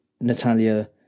Natalia